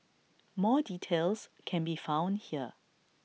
more details can be found here